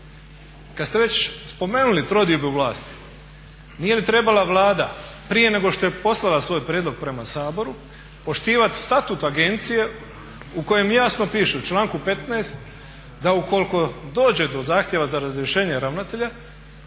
Kad ste već spomenuli trodiobu vlasti, nije li trebala Vlada prije nego što je poslala svoj prijedlog prema Saboru poštivati Statut agencije u kojem jasno piše u članku 15. da ukoliko dođe do zahtjeva za razrješenje ravnatelja